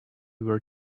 were